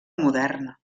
moderna